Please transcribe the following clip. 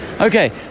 Okay